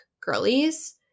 girlies